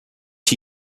một